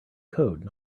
code